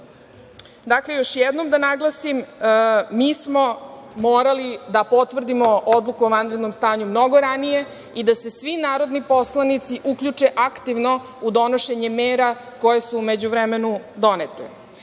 ova. Dakle, još jednom da naglasim, mi smo morali da potvrdimo odluku o vanrednom stanju mnogo ranije i da se svi narodi poslanici uključe aktivno u donošenje mera koje su u međuvremenu